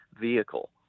vehicle